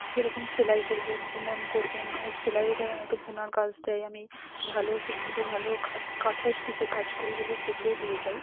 যেরকম সেলাই করবেন বুনন করবেন অনেক সেলাইও দেয় অনেকে বোনার কাজ দেয় আমি ভালো খুব সুন্দর ভালো কাঁথাস্টিচের কাজ করি বলে সেগুলোও দিয়ে যায়